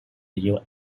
yield